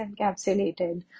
encapsulated